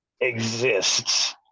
exists